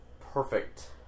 perfect